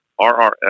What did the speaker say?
rrs